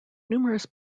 numerous